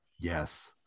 Yes